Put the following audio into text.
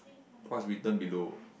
what's written below